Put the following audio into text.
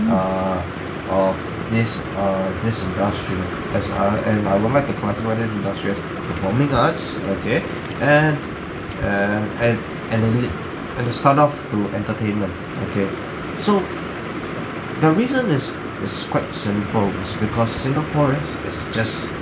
err of this err this industry as I and I would like to performing arts okay and and and and a leap and to start off to entertainment okay so the reason is is quite simple it's because singaporeans is just